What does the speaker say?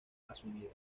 asumida